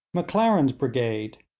maclaren's brigade,